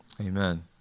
Amen